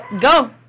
go